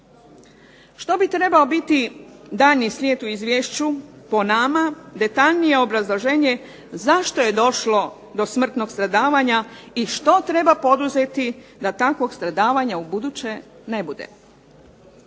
Što bi trebao biti daljnji slijed u izvješću po nama? Detaljnije obrazloženje zašto je došlo do smrtnog stradavanja i što treba poduzeti da takvog stradavanja ubuduće ne bude.